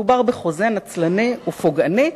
מדובר בחוזה נצלני ופוגעני,